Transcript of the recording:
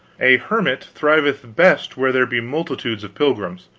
a hermit thriveth best where there be multitudes of pilgrims.